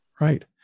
Right